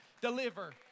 deliver